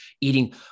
eating